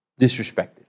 disrespected